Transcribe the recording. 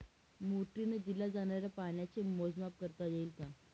मोटरीने दिल्या जाणाऱ्या पाण्याचे मोजमाप करता येईल का?